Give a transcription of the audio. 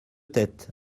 tête